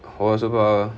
我的 superpower